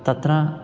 तत्र